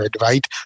right